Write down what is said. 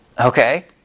Okay